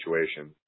situation